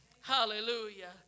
Hallelujah